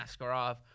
Askarov